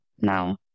now